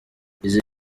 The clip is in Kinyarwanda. izi